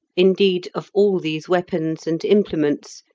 indeed, of all these weapons and implements,